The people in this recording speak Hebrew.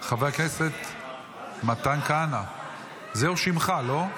חבר הכנסת מתן כהנא, זהו שמך, לא?